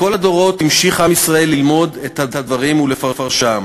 בכל הדורות המשיך עם ישראל ללמוד את הדברים ולפרשם.